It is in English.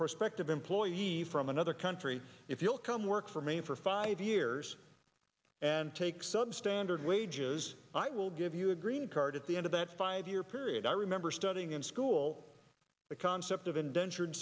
prospective employees from another country if you'll come work for me for five years and take sub standard wages i will give you a green card at the end of that five year period i remember studying in school the concept of indentured